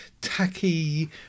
tacky